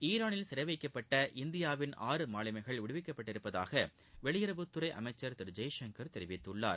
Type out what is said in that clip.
ஈரானில் சிறைவைக்கப்பட்ட இந்தியாவின் ஆறு மாலுமிகள் விடுவிக்கப்பட்டிருப்பதாக வெளியுறவுத்துறை அமைச்சர் திரு ஜெய்சங்கர் தெரிவித்துள்ளார்